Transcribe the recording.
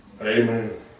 Amen